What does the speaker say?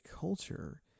culture